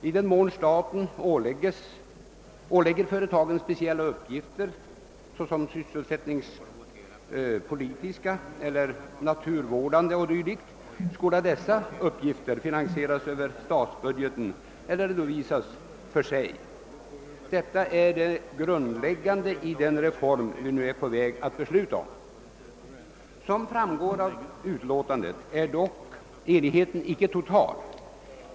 I den mån staten ålägger företagen speciella uppgifter, såsom sysselsättningspolitiska, naturvårdande och dylikt, skall dessa finansieras över statsbudgeten eller redovisas för sig. Detta är det grundläggande i den reform vi nu är på väg att besluta om. Såsom framgår av utlåtandet är dock enigheten icke total.